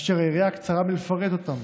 והיריעה קצרה מלפרט אותם.